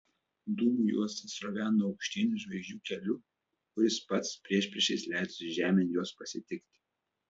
dūmų juosta sroveno aukštyn žvaigždžių keliu kuris pats priešpriešiais leidosi žemėn jos pasitikti